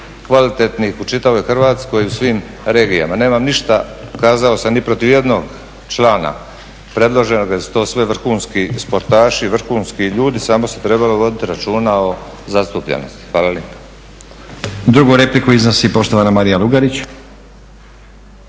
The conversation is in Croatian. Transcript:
kvalitetnih u čitavoj Hrvatskoj i u svim regijama. Nemam ništa kazao sam niti protiv jednog člana predloženog jel su sve vrhunski sportaši, vrhunski ljudi samo se trebalo voditi računa o zastupljenosti. Hvala lijepa. **Stazić, Nenad (SDP)** Drugu repliku iznosi poštovana Marija Lugarić.